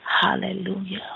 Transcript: hallelujah